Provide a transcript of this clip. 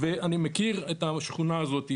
ואני מכיר את השכונה הזאת.